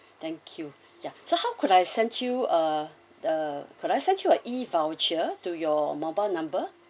thank you yeah so how could I send you uh uh could I send you a E voucher to your mobile number